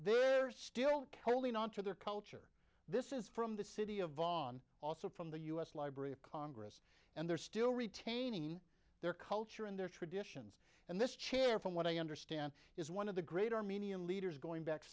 they're still holding on to their culture this is from the city of on also from the u s library of congress and they're still retaining their culture and their traditions and this chair from what i understand is one of the great armenian leaders going back